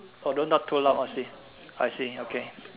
orh don't talk too loud I see I see okay